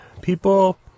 people